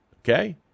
Okay